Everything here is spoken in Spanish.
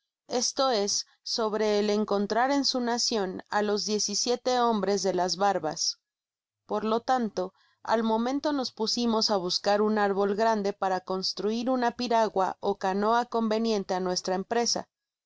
esto es sobre el encontrar en so nacion á los diez y siete hombres de las barbas por lo tanto al momento nos pusimos á buscar un árbol grande para construir una piragua ó canoa conveniente á nuestra empresa